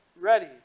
ready